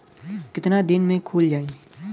कितना दिन में खुल जाई?